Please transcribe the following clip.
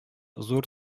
зур